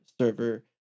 server